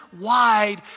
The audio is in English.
wide